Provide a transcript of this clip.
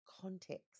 context